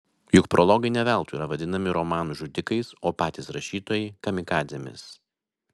juk prologai ne veltui yra vadinami romanų žudikais o patys rašytojai kamikadzėmis